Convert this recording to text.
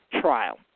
trial